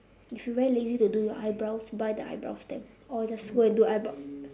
if you very lazy to do your eyebrows buy the eyebrow stamp or just go and do eyebrow